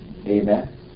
Amen